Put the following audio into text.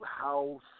house